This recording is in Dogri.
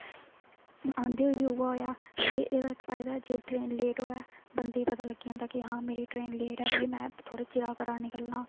आंदे होई बी उऐ होएआ जे एहदा इक फायदा जे ट्रेन लेट होऐ बंदे गी पता लग्गी जंदा कि हां मेरी ट्रेन लेट ऐ भाई में थोह्ड़े चिरें घरा निकलना